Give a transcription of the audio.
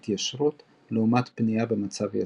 ההתיישרות לעומת פנייה במצב יציב.